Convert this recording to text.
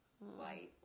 White